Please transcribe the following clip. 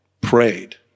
prayed